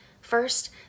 First